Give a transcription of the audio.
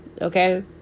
okay